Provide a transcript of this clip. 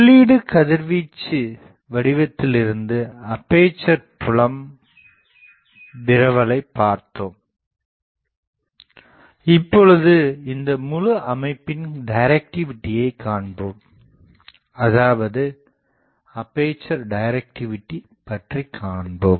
உள்ளீடு கதிர்வீச்சு வடிவத்திலிருந்து அப்பேசர் புலம் விரவலை பார்த்தோம் இப்போது இந்த முழு அமைப்பின் டைரக்டிவிடியை காண்போம் அதாவது அப்பேசர் டைரக்டிவிடி பற்றி காண்போம்